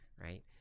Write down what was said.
right